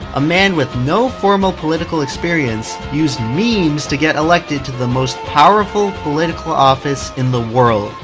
a man with no formal political experience, used memes to get elected to the most powerful political office in the world.